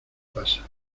pasa